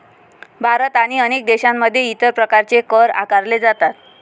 भारत आणि अनेक देशांमध्ये इतर प्रकारचे कर आकारले जातात